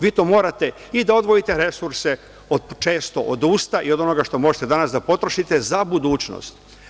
Vi to morate i da odvojite resurse od, često od usta, i od onoga što možete danas da potrošite za budućnost.